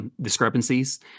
discrepancies